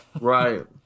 right